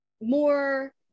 more